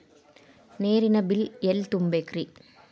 ನೇರಿನ ಬಿಲ್ ಎಲ್ಲ ತುಂಬೇಕ್ರಿ?